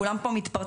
כולם פה מתפרצים,